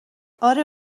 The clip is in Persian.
اره